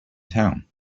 town